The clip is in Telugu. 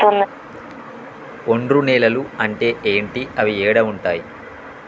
ఒండ్రు నేలలు అంటే ఏంటి? అవి ఏడ ఉంటాయి?